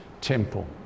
temple